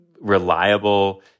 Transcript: reliable